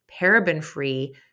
paraben-free